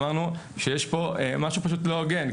אנחנו באנו ואמרנו שיש פה משהו שהוא פשוט לא הוגן,